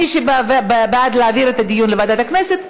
מי שבעד להעביר את הדיון לוועדת הכנסת,